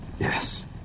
Yes